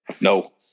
No